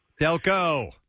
Delco